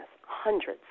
hundreds